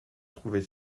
trouvait